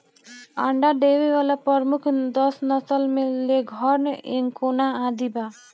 अंडा देवे वाला प्रमुख दस नस्ल में लेघोर्न, एंकोना आदि बा